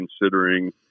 considering